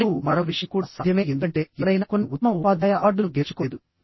మరియు మరొక విషయం కూడా సాధ్యమే ఎందుకంటే ఎవరైనా కొన్ని ఉత్తమ ఉపాధ్యాయ అవార్డులను గెలుచుకోలేదు